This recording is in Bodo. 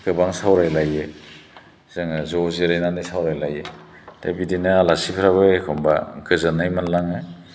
गोबां सावराय लायो जोङो ज' जिरायनानै सावरायलायो दा बिदिनो आलासिफोराबो एखनबा गोजोननाय मोनलाङो